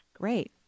Great